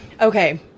Okay